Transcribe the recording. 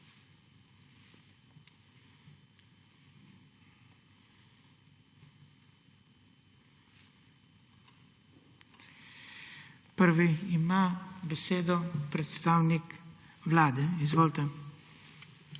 Prvi ima besedo predstavnik Vlade. Izvolite.